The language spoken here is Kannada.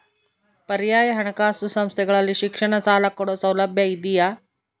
ಪರ್ಯಾಯ ಹಣಕಾಸು ಸಂಸ್ಥೆಗಳಲ್ಲಿ ಶಿಕ್ಷಣ ಸಾಲ ಕೊಡೋ ಸೌಲಭ್ಯ ಇದಿಯಾ?